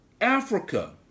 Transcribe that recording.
Africa